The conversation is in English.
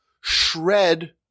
shred